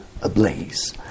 ablaze